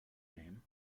name